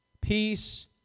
peace